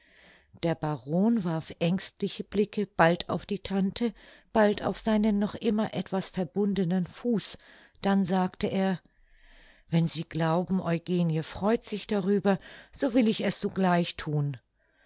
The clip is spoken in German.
der baron warf ängstliche blicke bald auf die tante bald auf seinen noch immer etwas verbundenen fuß dann sagte er wenn sie glauben eugenie freut sich darüber so will ich es sogleich thun